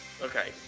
Okay